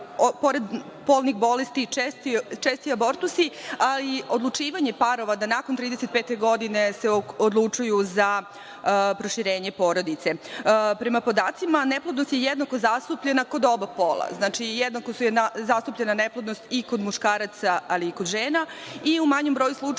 polnih bolesti, česti abortusi, ali i odlučivanje parova da nakon 35. godine se odlučuju za proširenje porodice. Prema podacima, neplodnost je jednako zastupljena kod oba pola. Znači, jednako je zastupljena neplodnost i kod muškaraca, ali i kod žena i u manjem broju slučajeva